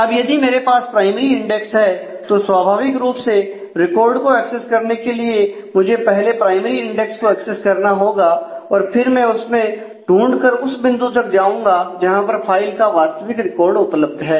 अब यदि मेरे पास प्राइमरी इंडेक्स है तो स्वाभाविक रूप से रिकॉर्ड को एक्सेस करने के लिए मुझे पहले प्राइमरी इंडेक्स को एक्सेस करना होगा और फिर मैं उसमें ढूंढ कर उस बिंदु तक जाऊंगा जहां पर फाइल का वास्तविक रिकॉर्ड उपलब्ध है